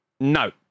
No